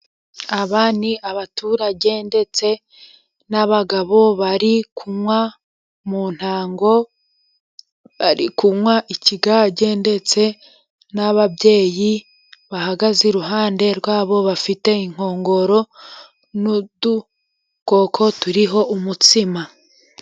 Aba ni abaturage ndetse n'abagabo bari kunywa mu ntango, bari kunywa ikigage, ndetse n'ababyeyi bahagaze iruhande rwabo bafite inkongoro, n'udukoko turiho umutsima.